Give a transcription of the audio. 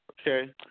Okay